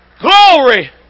Glory